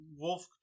wolf